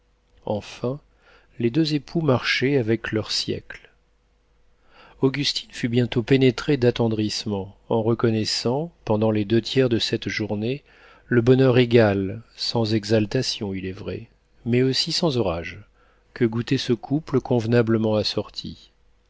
enfin les deux époux marchaient avec leur siècle augustine fut bientôt pénétrée d'attendrissement en reconnaissant pendant les deux tiers de cette journée le bonheur égal sans exaltation il est vrai mais aussi sans orages que goûtait ce couple convenablement assorti